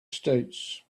states